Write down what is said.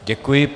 Děkuji.